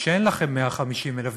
שאין לכם 150,000 דירות,